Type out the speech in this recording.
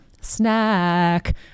Snack